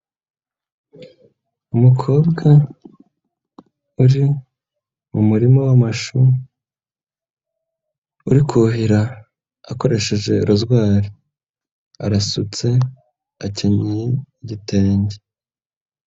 Umukobwa uri mu murima w'amashu uri kuhira akoresheje rozwari, arasutse akenyeye igitenge.